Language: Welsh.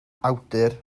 awdur